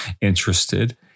Interested